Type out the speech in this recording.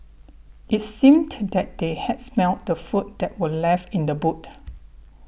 it's seemed that they had smelt the food that were left in the boot